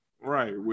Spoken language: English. Right